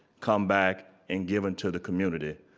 come back, and given to the community.